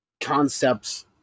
concepts